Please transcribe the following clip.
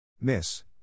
Miss